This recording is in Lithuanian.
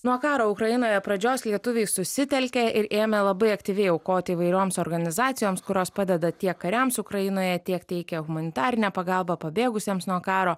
nuo karo ukrainoje pradžios lietuviai susitelkė ir ėmė labai aktyviai aukoti įvairioms organizacijoms kurios padeda tiek kariams ukrainoje tiek teikia humanitarinę pagalbą pabėgusiems nuo karo